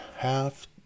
Half